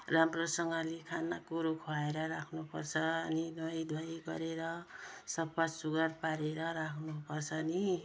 राम्रोसँगले खानेकुरो खुवाएर राख्नुपर्छ अनि नुहाईधुहाई गरेर सफासुग्घर पारेर राख्नुपर्छ नि